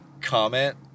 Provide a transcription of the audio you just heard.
comment